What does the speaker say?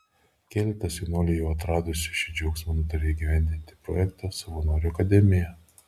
keletas jaunuolių jau atradusių šį džiaugsmą nutarė įgyvendinti projektą savanorių akademija